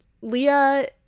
Leah